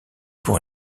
pour